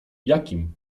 jakim